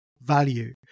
value